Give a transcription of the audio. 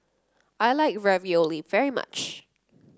I like Ravioli very much